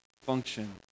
Function